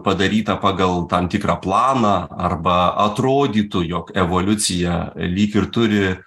padaryta pagal tam tikrą planą arba atrodytų jog evoliucija lyg ir turi